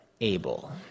Abel